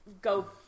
go